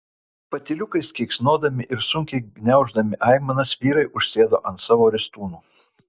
patyliukais keiksnodami ir sunkiai gniauždami aimanas vyrai užsėdo ant savo ristūnų